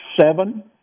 seven